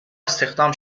استخدام